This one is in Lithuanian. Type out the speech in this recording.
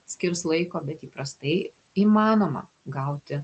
skirs laiko bet įprastai įmanoma gauti